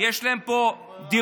יש להם פה דירות,